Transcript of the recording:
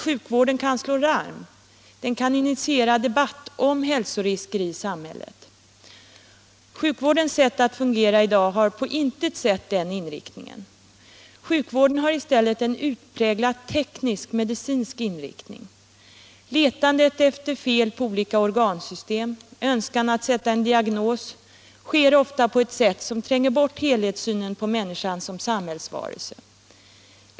Sjukvården kan slå larm — den kan initiera debatt om hälsorisker i samhället. Sjukvårdens sätt att fungera i dag har dock på intet sätt den inriktningen. Sjukvården har i stället en utpräglat teknisk medicinsk inriktning. Letandet efter fel på olika organsystem och önskan att ställa en diagnos inriktas ofta på ett sätt som tränger bort helhetssynen på människan som samhällsvarelse.